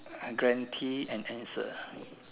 guaranteed an answer